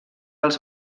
els